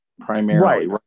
primarily